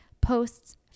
posts